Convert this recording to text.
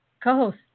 co-host